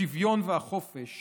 השוויון והחופש